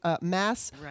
mass